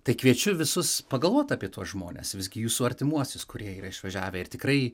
tai kviečiu visus pagalvot apie tuos žmones visgi jūsų artimuosius kurie yra išvažiavę ir tikrai